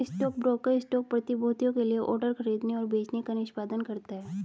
stockbroker stock प्रतिभूतियों के लिए ऑर्डर खरीदने और बेचने का निष्पादन करता है